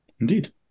Indeed